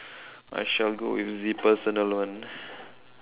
I shall go with the personal one